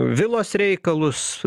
vilos reikalus